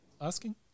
asking